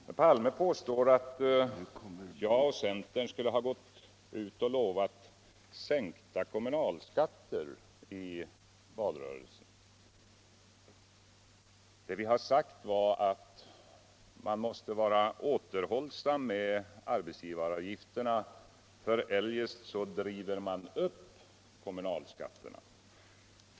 Herr Palme påstår att jag och centern i valrörelsen skulle ha gått ut och lovat sänkta kommunalskatter. Det vi sade var att man måste vara återhållsam med arbetsgivaravgifterna, för eljest driver man upp kommunalskatterna.